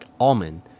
almond